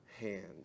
hand